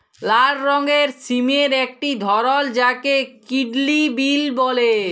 লাল রঙের সিমের একটি ধরল যাকে কিডলি বিল বল্যে